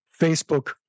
Facebook